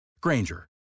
Granger